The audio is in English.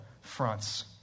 fronts